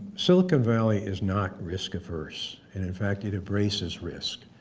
silicon valley is not risk averse, and in fact it embraces risk.